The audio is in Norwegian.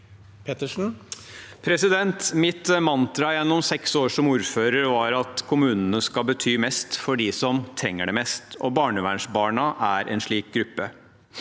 Mitt mantra gjen- nom seks år som ordfører var at kommunene skal bety mest for dem som trenger det mest, og barnevernsbarna er en slik gruppe.